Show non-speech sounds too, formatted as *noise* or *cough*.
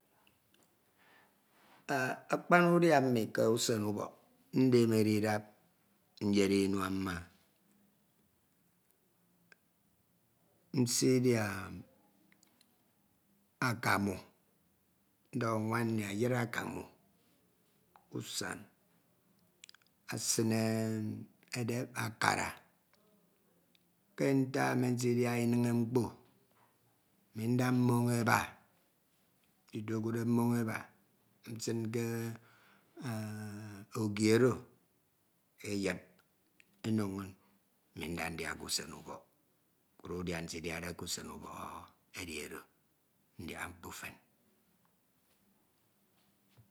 Akpan udia ke usen ubọk ndemede idap nyed inua mma *hesitation* nsidia akam. Ndọhọ nwan nni eyid akam ke usan esine edep akara. Ke ntak me nsidiaha ineñe mkpo, ami nda mmoñ eba, edep mmoñ eba min ke ogi eyid oro inñ, ami nda ndia ke usen ubok. ukura udia ndidiade ke usen ubok edi oro ndiaha mkpo fen.